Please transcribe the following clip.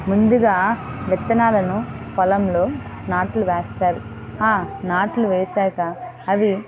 ముందుగా విత్తనాలను పొలంలో నాట్లు వేస్తారు ఆ నాట్లు వేశాక అవి